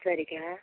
சரிக்கா